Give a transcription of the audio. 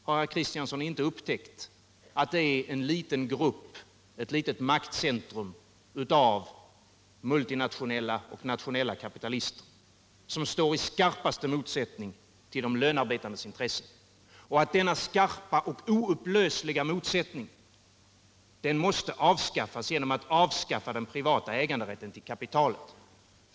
Har Axel Kristiansson inte upptäckt att det finns en liten grupp, ett litet maktcentrum, av multinationella och nationella kapitalister, som står i skarpaste motsättning till de lönearbetandes intressen. Denna skarpa och oupplösliga motsättning måste elimineras genom att man avskaffar den privata äganderätten till kapital.